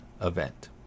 event